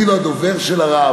אני לא הדובר של הרב.